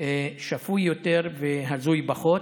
שפוי יותר והזוי פחות.